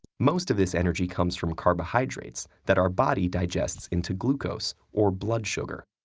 most of this energy comes from carbohydrates that our body digests into glucose, or blood sugar.